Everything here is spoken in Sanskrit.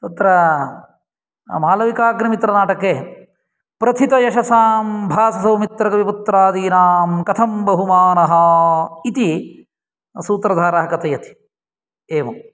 तत्र मालविकाग्निमित्रनाटके प्रथितयशसां भाससौमित्रकविपुत्रादीनां कथं बहूमानः इति सूत्रधारः कथयति एवं